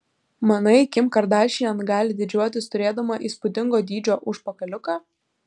manai kim kardašian gali didžiuotis turėdama įspūdingo dydžio užpakaliuką